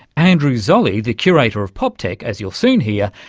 andrew zolli, the curator of poptech, as you'll soon hear,